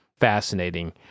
fascinating